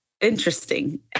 interesting